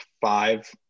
five